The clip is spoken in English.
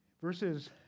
Verses